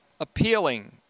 appealing